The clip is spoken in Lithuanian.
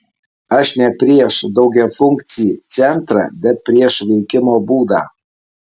aš ne prieš daugiafunkcį centrą bet prieš veikimo būdą